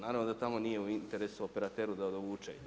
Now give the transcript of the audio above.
Naravno da tamo nije u interesu operateru da dovuče.